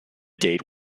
date